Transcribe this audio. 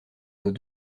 nos